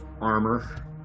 armor